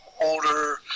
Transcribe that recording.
older